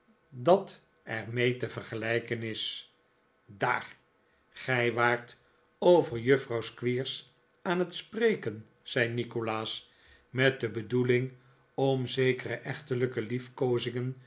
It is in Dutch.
dat er mee te vergelijken is daar gij waart over juffrouw squeers aan het spreken zei nikolaas met de bedoeling om zekere echtelijke liefkoozingen